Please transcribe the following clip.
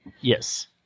Yes